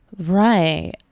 Right